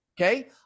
Okay